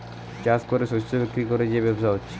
চাষ কোরে শস্য বিক্রি কোরে যে ব্যবসা হচ্ছে